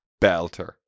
Belter